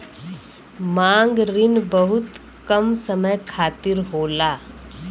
मांग रिन बहुत कम समय खातिर होला